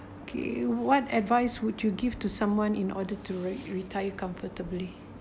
okay what advice would you give to someone in order to re~ retire comfortably